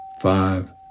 five